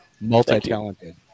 multi-talented